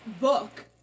Book